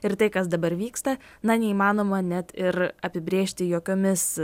ir tai kas dabar vyksta na neįmanoma net ir apibrėžti jokiomis